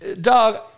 Dog